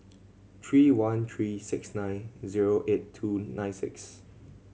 three one three six nine zero eight two nine six